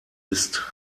ist